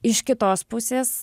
iš kitos pusės